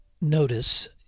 notice